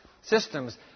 systems